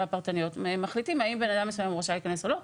הפרטניות אם בן אדם מסוים רשאי להיכנס או לא.